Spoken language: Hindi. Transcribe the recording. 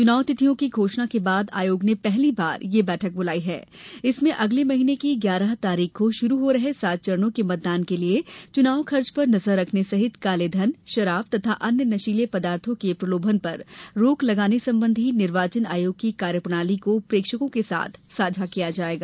चुनाव तिथियों की घोषणा के बाद आयोग ने पहली बार यह बैठक बुलाई है इसमें अगले महीने की ग्यारह तारीख को शुरू हो रहे सात चरणों के मतदान के लिए चुनाव खर्च पर नजर रखने सहित कालेधन शराब तथा अन्य नशीले पदार्थो के प्रलोभन पर रोक लगाने संबंधी निर्वाचन आयोग की कार्यप्रणाली को प्रेक्षकों के साथ साझा किया जायेगा